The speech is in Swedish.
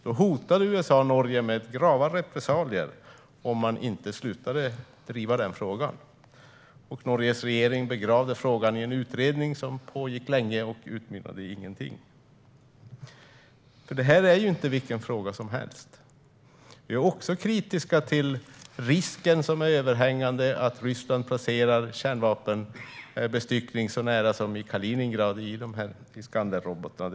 USA hotade då Norge med grava repressalier om man inte slutade driva frågan. Norges regering begravde frågan i en utredning som pågick länge och utmynnade i ingenting. Detta är inte vilken fråga som helst. Vi är också kritiska till den överhängande risken att Ryssland placerar kärnvapenbestyckning i form av Iskanderrobotar så nära som i Kaliningrad.